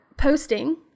Posting